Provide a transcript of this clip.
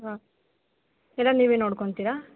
ಹಾಂ ಎಲ್ಲ ನೀವೇ ನೋಡ್ಕೊತೀರಾ